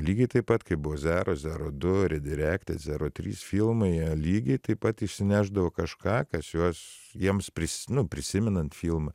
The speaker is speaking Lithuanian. lygiai taip pat kaip buvo zero zero du redirekted zero trys filmai lygiai taip pat išsinešdavo kažką kas juos jiems pris nu prisimenant filmą